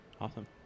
Awesome